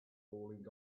falling